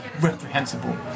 reprehensible